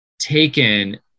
taken